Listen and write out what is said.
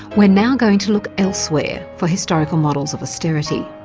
we're now going to look elsewhere for historical models of austerity.